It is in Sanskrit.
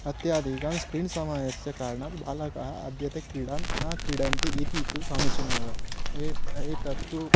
अत्यधिकस्य स्क्रीण् समयस्य कारणात् बालकाः अद्य क्रीडां न क्रीडन्ति इति तु समीचीनमेव एवम् एतत्तु